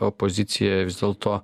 opozicija dėl to